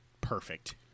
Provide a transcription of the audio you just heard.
perfect